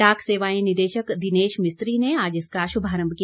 डाक सेवाएं निदेशक दिनेश मिस्त्री ने आज इसका शुभारम्भ किया